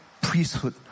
priesthood